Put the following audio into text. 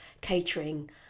catering